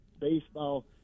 baseball